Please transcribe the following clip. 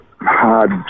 hard